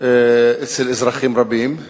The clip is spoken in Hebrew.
אצל אזרחים רבים.